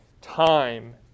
time